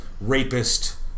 rapist